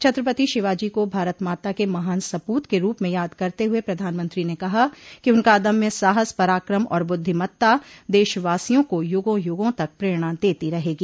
छत्रपति शिवाजी को भारत माता के महान सपूत के रूप में याद करते हुए प्रधानमंत्री ने कहा कि उनका अदम्य साहस पराक्रम और बुद्धिमत्ता देशवासियों को युगो युगों तक प्रेरणा देती रहेगी